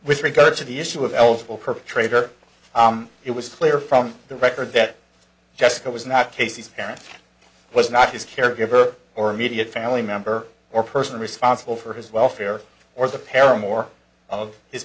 with regard to the issue of eligible perpetrator it was clear from the record that jessica was not casey's parents was not his caregiver or immediate family member or person responsible for his welfare or the param or of his